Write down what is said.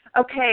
Okay